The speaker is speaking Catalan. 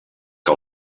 que